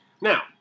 Now